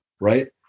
Right